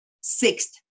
sixth